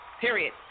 Period